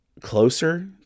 closer